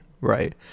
Right